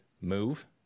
move